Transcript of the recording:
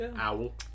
Owl